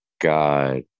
God